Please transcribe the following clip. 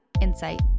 insight